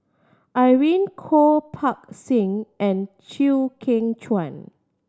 Irene Khong Parga Singh and Chew Kheng Chuan